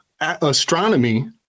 astronomy